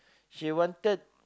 she wanted